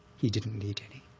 he didn't need any,